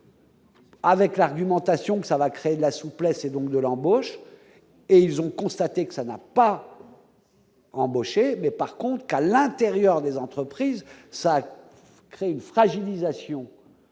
Avec l'argumentation que ça va créer de la souplesse, et donc de l'embauche et ils ont constaté que ça n'a pas embauché, mais par contre qu'à l'intérieur des entreprises, ça crée une fragilisation et